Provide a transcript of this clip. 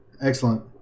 Excellent